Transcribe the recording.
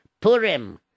Purim